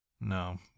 No